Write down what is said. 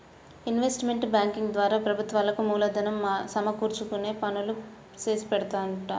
investment banking ద్వారా ప్రభుత్వాలకు మూలధనం సమకూర్చే పనులు చేసిపెడుతుంటారు